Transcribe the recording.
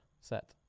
set